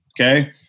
Okay